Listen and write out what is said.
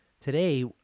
today